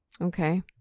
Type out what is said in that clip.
Okay